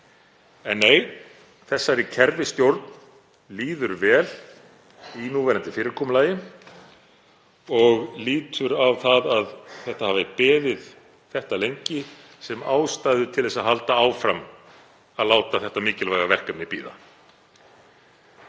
En nei, þessari kerfisstjórn líður vel í núverandi fyrirkomulagi og lítur á það að þetta hafi beðið þetta lengi sem ástæðu fyrir því að halda áfram að láta þetta mikilvæga verkefni bíða.